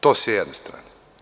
To sa jedne strane.